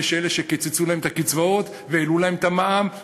אלה שקיצצו להם את הקצבאות והעלו להם את המע"מ,